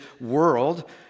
world